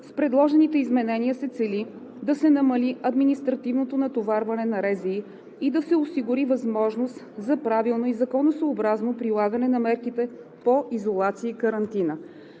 С предложените изменения се цели да се намали административното натоварване на районните здравни инспекции и да се осигури възможност за правилно и законосъобразно прилагане на мерките по изолация и карантина.